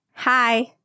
Hi